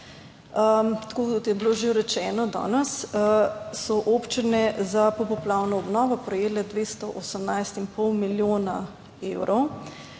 Tako kot je bilo že rečeno, danes so občine za popoplavno obnovo prejele 218 in pol milijona evrov,